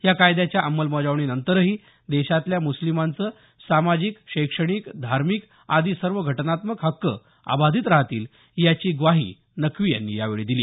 या कायद्याच्या अमलबजावणीनंतरही देशातल्या मुस्लिमांच सामाजिक शैक्षणिक धार्मिक आदी सर्व घटनात्मक हक्क अबाधित राहतील याची ग्वाही नक्की यांनी दिली